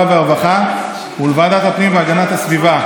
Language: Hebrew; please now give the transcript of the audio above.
והרווחה ולוועדת הפנים והגנת הסביבה.